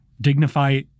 Dignify